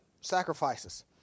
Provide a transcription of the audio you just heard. sacrifices